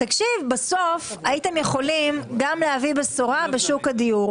בסוף הייתם יכולים גם להביא בשורה בשוק הדיור.